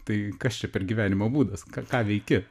tai kas čia per gyvenimo būdas ka ką veiki